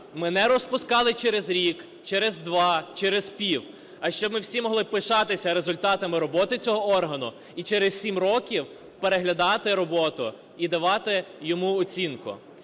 ми не розпускали через рік, через два, через пів, а щоб ми всі могли пишатися результатами роботи цього органу, і через 7 років переглядати роботу і давати йому оцінку.